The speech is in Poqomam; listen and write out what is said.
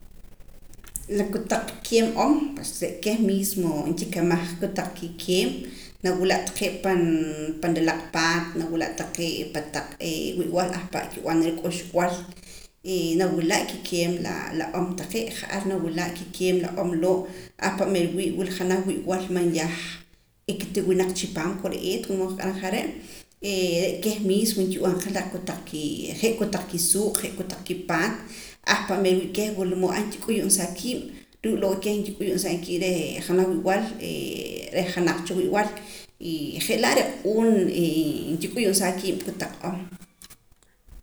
La kotaq rikeem om pues re' keh mismo nkikemaj qa kotaq kikeem nawila' taqee' pan relaq paat nawila' taqee' pataq wii'wal ahpa' nb'anara k'uxb'al nawila' kikeem la om taqee' ja'ar nawila' kikeem la om loo' ahpa' meer wii' wila janaj wii'wal man yah n'ika ta winaq chipaam kore'eet wula mood nqaq'aram jare' reh keh mismo nkib'an qa la kotaq je' kotaq kisuuq' je' kotaq kipaat ahpa' meer wiii' keh wula mood nkik'uyumsaa kiib' ruu' loo' keh nkik'uyumsaa kiib' reh janaj wii'wal reh janaj cha wii'wal y je' laa re' q'uun nkik'uyumsaa kiib' kotaq om